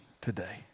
today